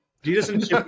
Jesus